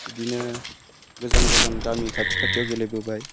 बिदिनो गोजान गोजान गामि खाथि खाथियाव गेलेबोबाय